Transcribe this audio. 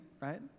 Right